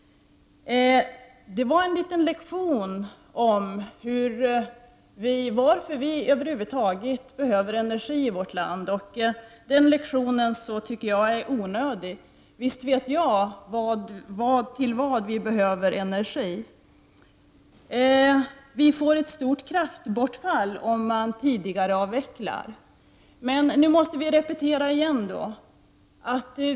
Hadar Cars gav en liten lektion i varför vi över huvud taget behöver energi i vårt land. Den lektionen tycker jag var onödig. Visst vet jag till vad vi behöver energi. Vi får ett stort kraftbortfall om man tidigarelägger avvecklingen av kärnkraften. Men nu måste vi repetera igen.